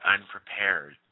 unprepared